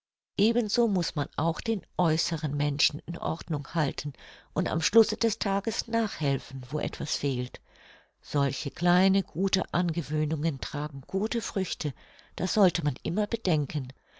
ebenso muß man auch den äußeren menschen in ordnung halten und am schlusse des tages nachhelfen wo etwas fehlt solche kleine gute angewöhnungen tragen gute früchte das sollte man immer bedenken